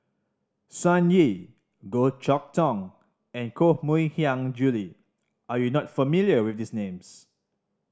Sun Yee Goh Chok Tong and Koh Mui Hiang Julie are you not familiar with these names